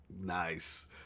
Nice